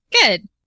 Good